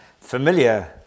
familiar